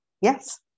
Yes